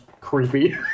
creepy